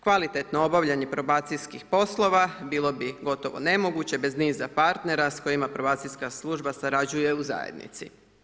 Kvalitetno obavljanje probacijskih poslova bilo bi gotovo nemoguće bez niza partnera s kojima probacijska služba surađuje u zajednici.